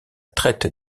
traite